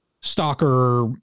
stalker